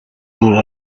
thought